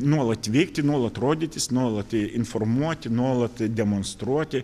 nuolat veikti nuolat rodytis nuolat informuoti nuolat demonstruoti